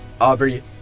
Aubrey